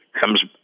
comes